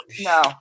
no